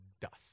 dust